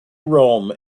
rome